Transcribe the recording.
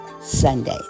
Sunday